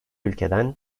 ülkeden